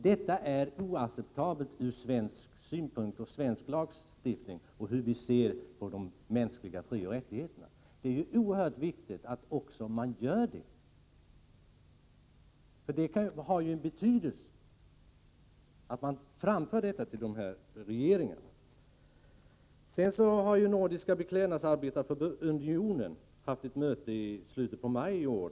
Detta är oacceptabelt enligt svensk uppfattning — med utgångspunkt i svensk lagstiftning och vår syn på de mänskliga frioch rättigheterna. Det har mycket stor betydelse att man framför detta till ländernas regeringar. Nordiska beklädnadsarbetareunionen hade ett möte i slutet av maj i år.